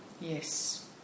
yes